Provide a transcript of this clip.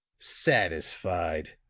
satisfied!